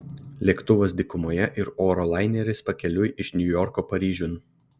lėktuvas dykumoje ir oro laineris pakeliui iš niujorko paryžiun